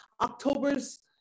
October's